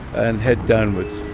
and head downwards.